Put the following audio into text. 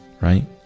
right